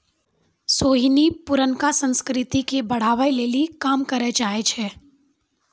सोहिनी पुरानका संस्कृति के बढ़ाबै लेली काम करै चाहै छै